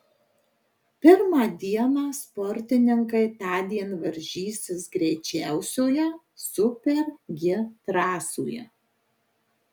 pirmą dieną sportininkai tądien varžysis greičiausioje super g trasoje